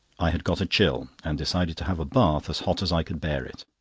i had got a chill, and decided to have a bath as hot as i could bear it.